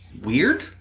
weird